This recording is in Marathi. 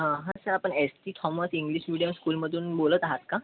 हा सर आपण S T Thomas English medium स्कूलमधून बोलत आहात का